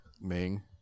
Ming